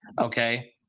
okay